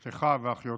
את אחיו ואחיותיו,